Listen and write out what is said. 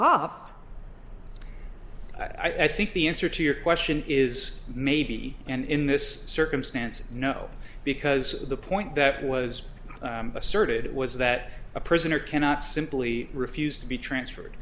up i think the answer to your question is maybe and in this circumstance no because the point that was asserted was that a prisoner cannot simply refused to be transferred